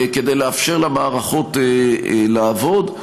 כדי לאפשר למערכות לעבוד.